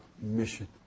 mission